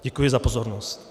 Děkuji za pozornost.